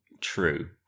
True